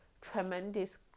tremendous